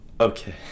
Okay